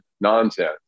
nonsense